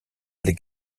les